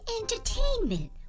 entertainment